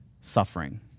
suffering